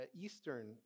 Eastern